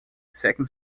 second